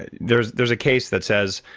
ah there's there's a case that says,